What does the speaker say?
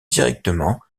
directement